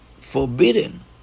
forbidden